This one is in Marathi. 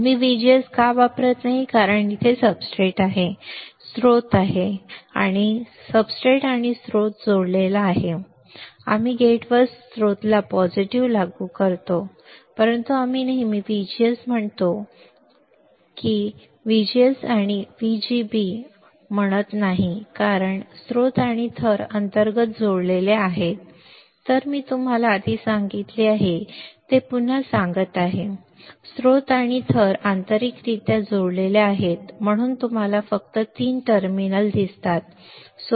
आम्ही VGS का वापरत नाही कारण इथे सब्सट्रेट आहे इथे स्रोत आहे आणि आम्ही सब्सट्रेट आणि स्त्रोत जोडला आहे आम्ही गेटवर स्रोताला पॉझिटिव्ह लागू करतो परंतु आम्ही नेहमी VGS म्हणतो आम्ही VGS किंवा VGB म्हणत नाही कारण स्रोत आणि थर अंतर्गत जोडलेले आहेतमी तुम्हाला आधी सांगितले आहे की मी ते येथे पुन्हा सांगत आहे स्त्रोत आणि थर आंतरिकरित्या जोडलेले आहेत म्हणूनच तुम्हाला फक्त 3 टर्मिनल फक्त 3 टर्मिनल सोर्स गेट आणि ड्रेन असलेले MOSFET IC सापडतील